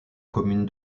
commune